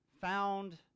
found